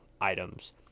items